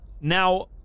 Now